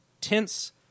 tense